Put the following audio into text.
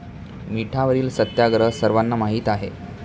मिठावरील सत्याग्रह सर्वांना माहीत आहे